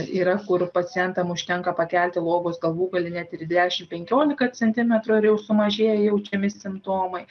yra kur pacientam užtenka pakelti lovos galvūgalį net ir į dešimt penkiolika centimetrų ir jau sumažėja jaučiami simptomai